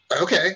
okay